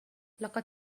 لقد